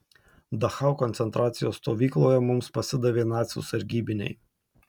dachau koncentracijos stovykloje mums pasidavė nacių sargybiniai